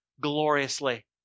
gloriously